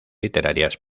literarias